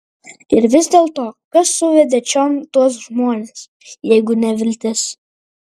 ir vis dėlto kas suvedė čion tuos žmones jeigu ne viltis